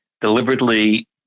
deliberately